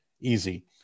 easy